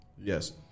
Yes